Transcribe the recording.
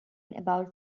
about